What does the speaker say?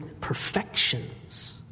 perfections